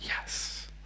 yes